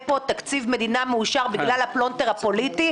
פה תקציב מדינה מאושר בגלל הפלונטר הפוליטי?